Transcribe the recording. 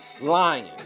lying